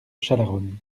chalaronne